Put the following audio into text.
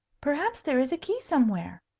perhaps there is a key somewhere,